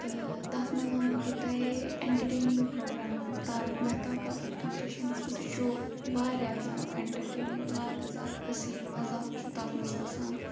تہٕ تَتھ منٛز وَنو بہٕ تۄہہِ اٮ۪نٹَرٹینِنٛگ پرٛوگرام تارَک محتاکا اُلٹا چشما سُہ تہِ چھُ وارِیاہ زیادٕ اٮ۪نٹَرٹینِنٛگ وارِیاہ زیادٕ ہسی مَزاق چھُ تَتھ منٛز گَژھان